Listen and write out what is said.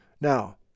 Now